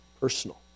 personal